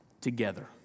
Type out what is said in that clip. together